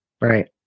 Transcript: Right